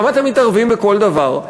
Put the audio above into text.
למה אתם מתערבים בכל דבר?